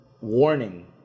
warning